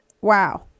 wow